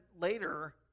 later